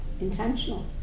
Intentional